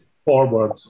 forward